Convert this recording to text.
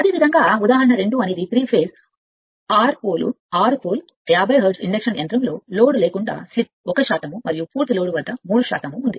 అదేవిధంగా ఉదాహరణ 2 అనేది three phase 6 pole 50 hertz induction యంత్రం లో లోడ్ లేకుండా స్లిప్ 1 మరియు పూర్తి లోడ్ యొక్క 3 ఉంది